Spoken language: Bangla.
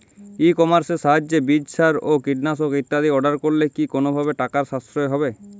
ই কমার্সের সাহায্যে বীজ সার ও কীটনাশক ইত্যাদি অর্ডার করলে কি কোনোভাবে টাকার সাশ্রয় হবে?